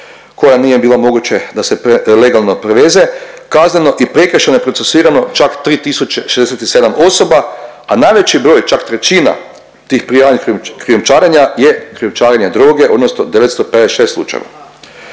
koja nije bila moguće da se legalno preveze, kazneno i prekršajno procesuirano čak 3 067 osoba, a najveći broj, čak trećina tih prijavljenih krijumčarenja je krijumčarenje droge odnosno 956 slučajeva.